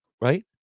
Right